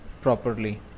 properly